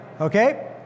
Okay